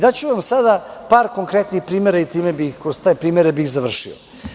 Daću vam sada par konkretnih primera i kroz te primere bih završio.